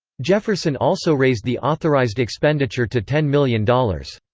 jefferson also raised the authorized expenditure to ten million dollars.